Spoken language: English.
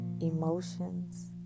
emotions